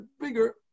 bigger